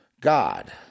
God